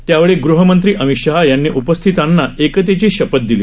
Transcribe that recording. यावेळी गृहमंत्री अमित शाह यांनी उपस्थितांना एकतेची शपथ दिली